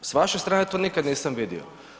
S vaše strane to nikad nisam vidio.